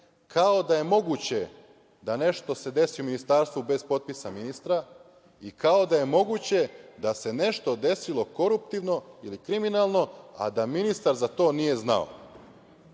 kao da je moguće da nešto se desi u Ministarstvu bez potpisa ministra i kao da je moguće da se nešto desilo koruptivno ili kriminalno, a da ministar za to nije znao?